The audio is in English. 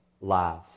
lives